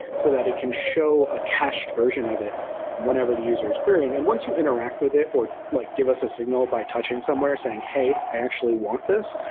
so that it can show a cached version of it whenever the user is querying and once you interact with it, or like give us a signal by touching somewhere saying, hey, i actually want this,